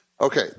Okay